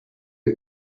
you